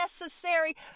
necessary